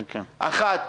האחת,